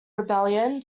rebellion